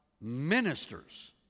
ministers